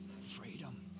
Freedom